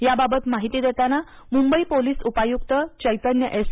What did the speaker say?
याबाबत माहिती देताना मुंबई पोलिस उपायुक्त चैतन्य एस